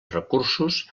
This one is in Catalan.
recursos